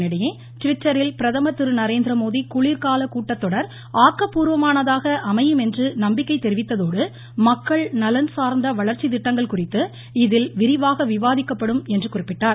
இதனிடையே ட்விட்டரில் பிரதமர் திரு நரேந்திரமோடி குளிர்கால கூட்டத்தொடர் ஆக்கப்பூர்வமானதாக அமையும் என்று நம்பிக்கை தெரிவித்ததோடு மக்கள் நலன் சார்ந்த வளர்ச்சி திட்டங்கள் குறித்து இதில் விரிவாக விவாதிக்கப்படும் என்று குறிப்பிட்டார்